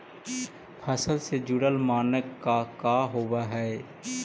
फसल से जुड़ल मानक का का होव हइ?